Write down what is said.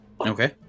Okay